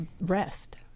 rest